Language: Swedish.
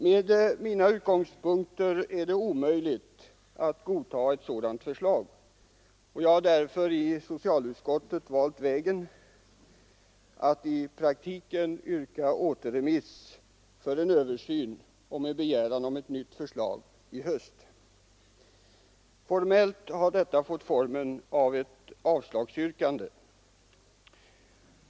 Med mina utgångspunkter är det omöjligt att godta ett sådant förslag, och jag har därför i socialutskottet valt vägen att i praktiken yrka återremiss för en översyn och med begäran om nytt förslag i höst. Formellt har detta fått formen av ett avslagsyrkande.